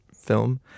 film